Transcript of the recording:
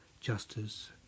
justice